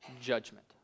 judgment